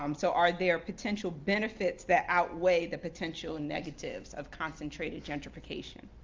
um so are there potential benefits that outweigh the potential negatives of concentrated gentrification?